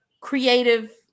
creative